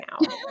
now